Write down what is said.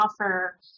offer